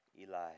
Eli